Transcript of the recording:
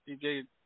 DJ